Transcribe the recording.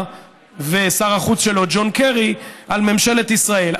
ושר החוץ שלו ג'ון קרי על ממשלת ישראל.